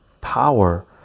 power